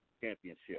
championship